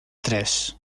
tres